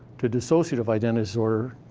to dissociative identity disorder,